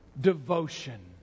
devotion